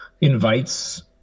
invites